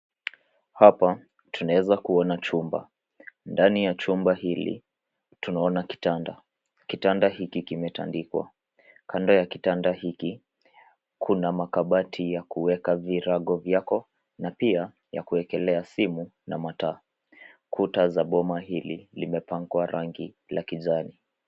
Hapa tunaweza kuona chumba. Ndani ya chumba hili tunaona kitanda. Kitanda hiki kimetandikwa. Kando ya kitanda hiki, kuna makabati ya kuweka virago vyako na pia ya kuwekelea simu na mataa. Kuta za boma hili limepakwa rangi la kijani.